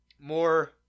more